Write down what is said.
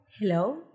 Hello